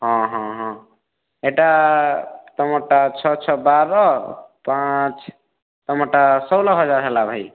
ହଁ ହଁ ହଁ ଏଟା ତମର୍ଟା ଛଅ ଛଅ ବାର ପାଞ୍ଚ ତମର୍ଟା ଷୋହଳ ହଜାର ହେଲା ଭାଇ